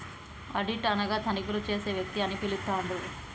audit అనగా తనిఖీలు చేసే వ్యక్తి అని పిలుత్తండ్రు